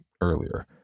earlier